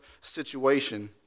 situation